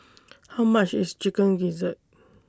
How much IS Chicken Gizzard